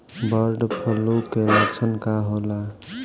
Bird flu के लक्षण का होला?